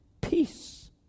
peace